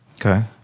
Okay